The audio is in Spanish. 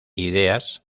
ideas